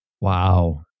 Wow